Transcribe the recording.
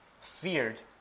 feared